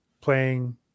playing